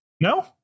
No